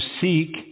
seek